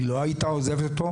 היא לא הייתה עוזבת אותו,